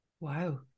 Wow